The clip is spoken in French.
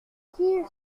qu’ils